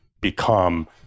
become